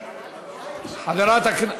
מרב,